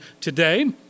today